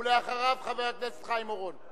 אחריו, חבר הכנסת חיים אורון.